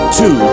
two